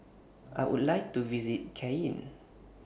I Would like to visit Cayenne